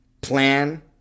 plan